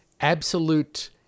absolute